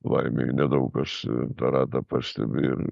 laimei nedaug kas tą ratą pastebi ir